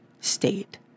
state